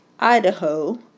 Idaho